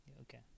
Okay